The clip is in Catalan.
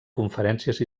conferències